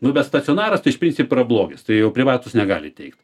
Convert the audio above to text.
nu bet stacionaras tai iš principo yra blogis tai jau privatūs negali teikt